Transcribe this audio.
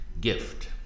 gift